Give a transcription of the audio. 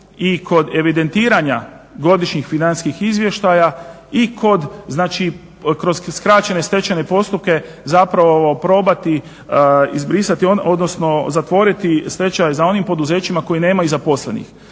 i ko evidentiranja godišnjih financijskih izvještaja i kod, znači kroz skraćene stečajne postupke, zapravo probati izbrisati, odnosno zatvoriti stečaje za ona poduzeća koja nemaju zaposlenih.